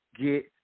Get